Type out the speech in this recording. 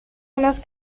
unas